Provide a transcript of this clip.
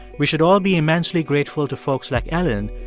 we should all be immensely grateful to folks like elin,